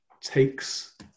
takes